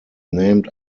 named